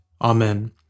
Amen